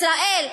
ישראל,